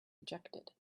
rejected